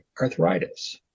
arthritis